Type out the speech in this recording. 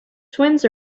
twins